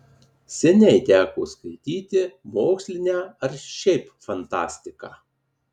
seniai teko skaityti mokslinę ar šiaip fantastiką